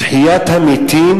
תחיית המתים,